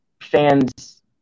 fans